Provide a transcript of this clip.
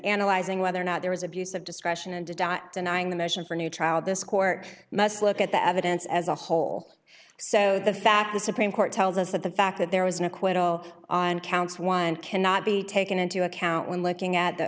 analyzing whether or not there was abuse of discretion and to dot denying the mission for a new trial this court must look at the evidence as a whole so the fact the supreme court tells us that the fact that there was an acquittal on counts one cannot be taken into account when looking at the